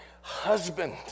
husband